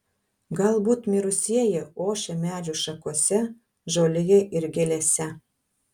galbūt mirusieji ošia medžių šakose žolėje ir gėlėse